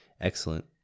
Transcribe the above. excellent